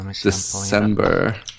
December